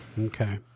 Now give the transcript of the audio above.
Okay